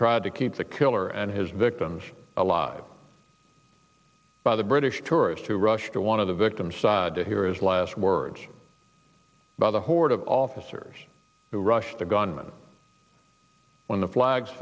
tried to keep the killer and his victims alive by the british tourist who rushed to one of the victims sad to hear his last words about a horde of officers who rushed the gunman when the flags